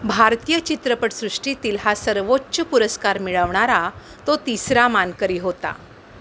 भारतीय चित्रपटसृष्टीतील हा सर्वोच्च पुरस्कार मिळवणारा तो तिसरा मानकरी होता